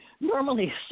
normally